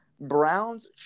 Browns